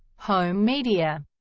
home media